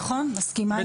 נכון, מסכימה איתך מאוד.